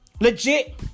Legit